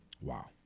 wow